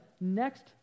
next